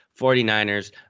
49ers